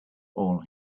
all